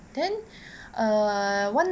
then err one